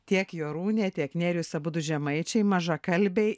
tiek jorūnė tiek nerijus abudu žemaičiai mažakalbiai